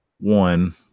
one